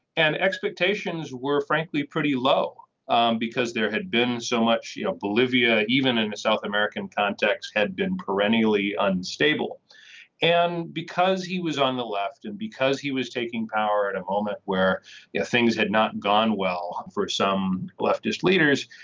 and expectations were frankly pretty low um because there had been so much of you know bolivia even in the south american context had been perennially unstable and because he was on the left and because he was taking power at a moment where things had not gone well for some leftist leaders.